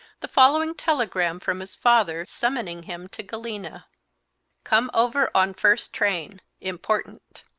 the following telegram from his father, summoning him to galena come over on first train. important.